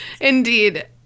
indeed